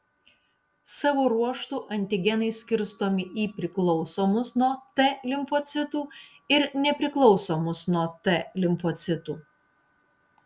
savo ruožtu antigenai skirstomi į priklausomus nuo t limfocitų ir nepriklausomus nuo t limfocitų